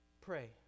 Pray